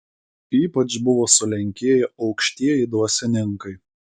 ypač buvo sulenkėję aukštieji dvasininkai